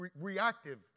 reactive